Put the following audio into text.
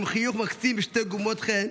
עם חיוך מקסים ושתי גומות חן,